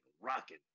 rocking